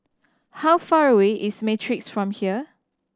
how far away is Matrix from here